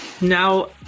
now